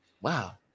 wow